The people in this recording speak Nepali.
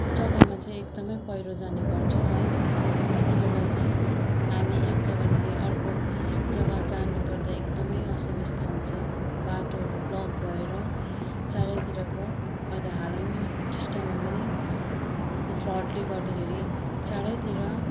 जग्गा चाहिँ एकदमै पहिरो जाने गर्छ है त्यति बेला चाहिँ हामी एक जग्गादेखि अर्को जग्गा जानुपर्दा एकदमै असुविस्ता हुन्छ बाटोहरू ब्लक भएर चारैतिरको अहिले हालैमा टिस्टामा पनि त्यो फ्लडले गर्दाखेरि चारैतिर